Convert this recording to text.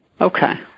Okay